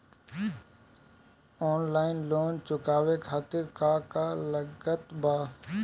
Online loan चुकावे खातिर का का लागत बा?